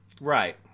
Right